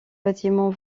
bâtiment